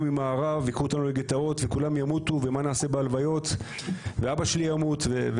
ממערב וייקחו אותנו לגטאות וכולם ימותו ומה נעשה בהלוויות ואבא שלי ימות.